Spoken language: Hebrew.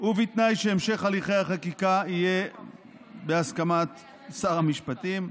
ובתנאי שהמשך הליכי החקיקה יהיה בהסכמת שר המשפטים.